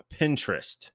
Pinterest